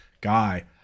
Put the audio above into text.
guy